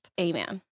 Amen